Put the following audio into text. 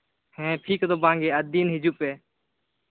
ᱦᱮᱸ ᱯᱷᱤ ᱠᱚᱫᱚ ᱵᱟᱝᱜᱮ ᱟᱨ ᱫᱤᱱ ᱦᱤᱡᱩᱜ ᱯᱮ